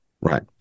Right